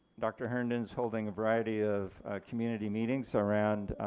dr. herndon is holding a variety of community meetings around,